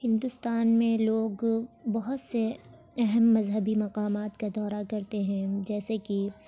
ہندوستان میں لوگ بہت سے اہم مذہبی مقامات کا دورہ کرتے ہیں جیسے کہ